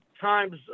Times